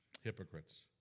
hypocrites